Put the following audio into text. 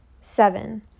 Seven